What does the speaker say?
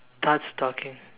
starts talking